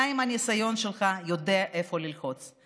אתה עם הניסיון שלך יודע איפה ללחוץ.